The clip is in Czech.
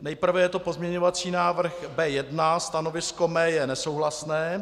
Nejprve je to pozměňovací návrh B1, mé stanovisko je nesouhlasné.